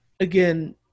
again